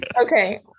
Okay